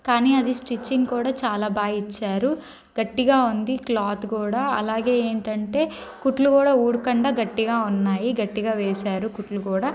కానీ అది స్టిచ్చింగ్ కూడా చాలా బాగా ఇచ్చారు గట్టిగా ఉంది క్లాత్ కూడా అలాగే ఏంటంటే కుట్లు కూడా ఊడకుండా గట్టిగా ఉన్నాయి గట్టిగా వేశారు కుట్లు కూడా